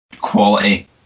quality